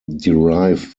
derived